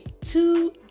two